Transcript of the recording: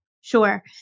Sure